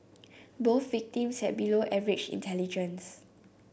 both victims had below average intelligence